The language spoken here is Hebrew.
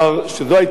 אדוני השר,